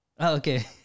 Okay